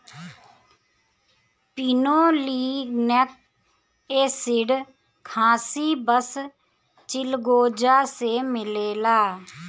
pinolenic acid खासी बस चिलगोजा से मिलेला